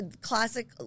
classic